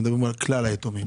אנחנו מדברים על כלל היתומים.